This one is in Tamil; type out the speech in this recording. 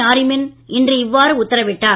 நாரிமன் இன்று இவ்வாறு உத்தரவிட்டார்